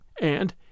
and